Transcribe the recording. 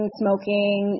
smoking